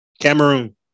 Cameroon